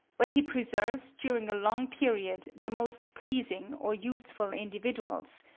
when he preserves during a long period the most pleasing or useful individuals,